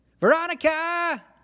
Veronica